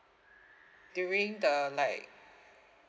during the like